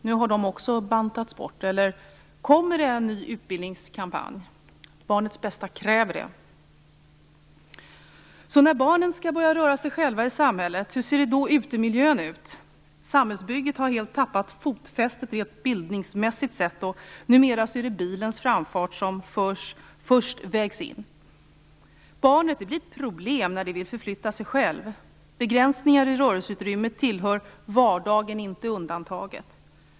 Nu har också dessa utbildare bantats bort - eller kommer det en ny utbildningskampanj? Barnets bästa kräver det. När barnen skall börja röra sig själva i samhället, hur ser då utemiljön ut? Samhällsbygget har helt tappat fotfästet bildningsmässigt sett, och numera är det bilens framfart som först vägs in. Barnet blir ett problem när det vill förflytta sig själv. Begränsningar i rörelseutrymme tillhör vardagen, inte undantagen.